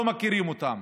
לא מכירים אותם,